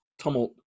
tumult